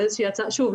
שוב,